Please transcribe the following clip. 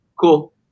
cool